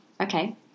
okay